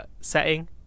setting